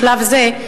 לשלב זה,